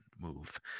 move